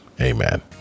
Amen